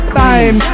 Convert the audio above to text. time